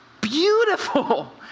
beautiful